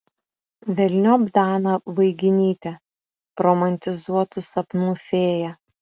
velniop daną vaiginytę romantizuotų sapnų fėją